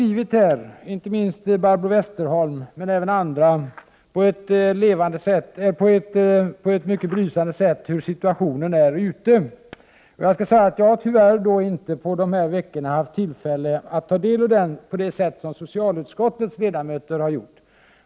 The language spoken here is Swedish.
Inte minst Barbro Westerholm men även andra har på ett mycket belysande sätt beskrivit hur situationen är. Jag har tyvärr inte på dessa veckor haft tillfälle att informera mig om den på samma sätt som socialutskottets ledamöter har gjort.